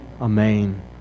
Amen